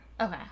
Okay